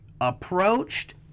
approached